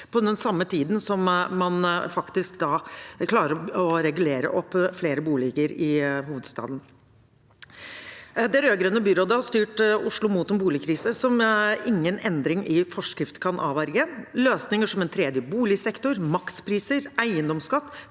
på den samme tiden som man faktisk klarer å regulere opp flere boliger i hovedstaden. Det rød-grønne byrådet har styrt Oslo mot en boligkrise som ingen endring i forskrift kan avverge. Løsninger som en tredje boligsektor, makspriser og eiendomsskatt